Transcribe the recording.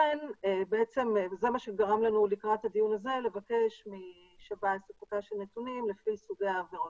זה מה שגרם לנו לבקש לקראת הדיון הזה משב"ס נתונים לפי סוגי העבירות.